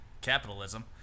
capitalism